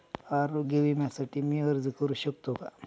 आरोग्य विम्यासाठी मी अर्ज करु शकतो का?